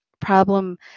problem